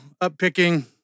up-picking